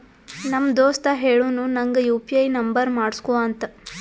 ನಮ್ ದೋಸ್ತ ಹೇಳುನು ನಂಗ್ ಯು ಪಿ ಐ ನುಂಬರ್ ಮಾಡುಸ್ಗೊ ಅಂತ